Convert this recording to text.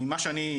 ממה שאני,